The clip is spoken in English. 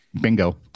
Bingo